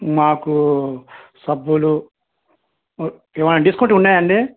మాకూ సబ్బులు ఏవైనా డిస్కౌంట్లు ఉన్నాయా అండి